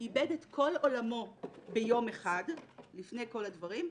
איבד את כל עולמו ביום אחד לפני כל הדברים,